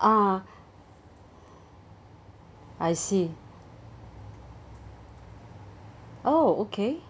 ah I see oh okay